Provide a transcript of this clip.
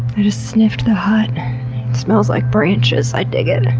i just sniffed the hut. it smells like branches. i dig it.